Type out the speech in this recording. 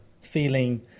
feeling